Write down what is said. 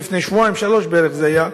לפני שבועיים-שלושה בערך זה היה,